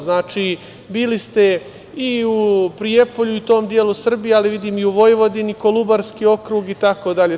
Znači, bili ste i u Prijepolju i tom delu Srbije, ali vidim i u Vojvodini, Kolubarski okrug i tako dalje.